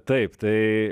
taip tai